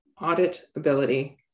auditability